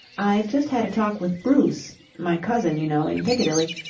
i'd just had a talk with bruce my cousin, you know in piccadilly,